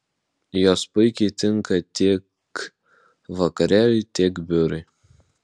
jos puikiai tinka tiek vakarėliui tiek biurui